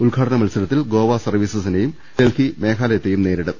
ഉദ്ഘാടന മത്സരത്തിൽ ഗോവ സർവീസസിനെയും ഡൽഹി മേഘാലയയെയും നേരിടും